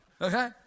okay